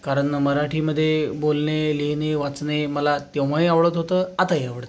कारण मराठीमध्ये बोलणे लिहिणे वाचणे मला तेव्हाही आवडत होतं आताही आवडते